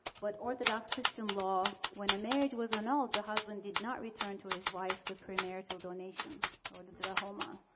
but orthodox christian law, when a marriage was annulled, the husband did not return to his wife the premarital donation or the drahoma,